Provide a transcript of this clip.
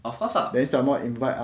of course lah